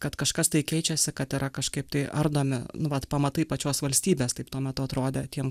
kad kažkas tai keičiasi kad yra kažkaip tai ardomi nu vat pamatai pačios valstybės taip tuo metu atrodė tiem